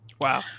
Wow